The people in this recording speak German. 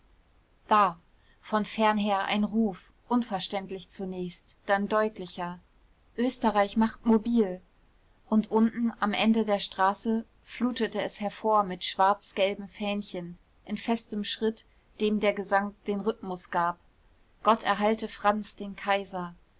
da von fern her ein ruf unverständlich zunächst dann deutlicher österreich macht mobil und unten am ende der straße flutete es hervor mit schwarz-gelben fähnchen in festem schritt dem der gesang den rhythmus gab gott erhalte franz den kaiser